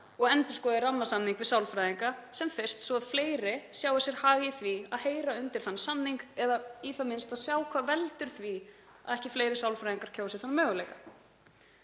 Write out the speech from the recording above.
og endurskoði rammasamning við sálfræðinga sem fyrst svo að fleiri sjái sér hag í því að heyra undir þann samning eða í það minnsta að það sé skoðað hvað veldur því að ekki fleiri sálfræðingar kjósi þann möguleika.